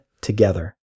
Together